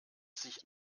sich